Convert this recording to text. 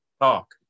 talk